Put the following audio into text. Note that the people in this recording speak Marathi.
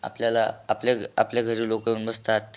आपल्याला आपल्या ग् आपल्या घरी लोकं येऊन बसतात